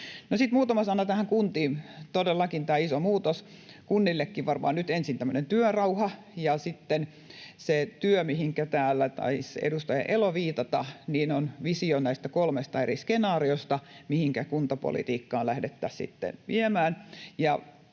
muutama sana kuntiin liittyen. Todellakin tämä on iso muutos. Kunnillekin varmaan nyt ensin tarvitaan työrauha. Ja sitten se työ, mihinkä täällä taisi edustaja Elo viitata, on visio näistä kolmesta eri skenaariosta, mihinkä kuntapolitiikkaa lähdettäisiin sitten